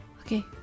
Okay